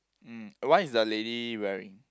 mm what is the lady wearing